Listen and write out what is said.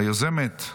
היוזמת,